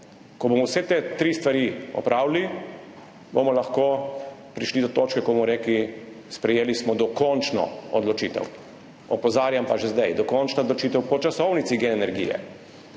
Ko bomo vse te tri stvari opravili, bomo lahko prišli do točke, ko bomo rekli, sprejeli smo dokončno odločitev. Opozarjam pa že zdaj, po časovnici Gen energije